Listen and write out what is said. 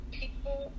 people